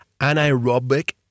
anaerobic